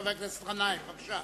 חבר הכנסת גנאים, בבקשה.